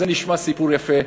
זה נשמע סיפור יפה,